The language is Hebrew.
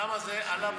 כמה זה עלה,